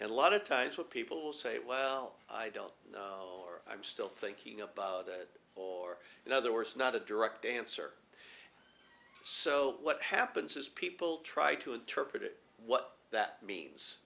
and a lot of times what people will say well i don't know i'm still thinking about it or in other words not a direct answer so what happens is people try to interpret what that means